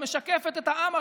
שמשקפת את העם,